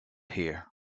here